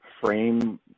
frame